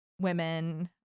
women